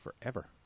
forever